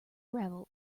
gravel